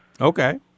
Okay